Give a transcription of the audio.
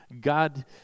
God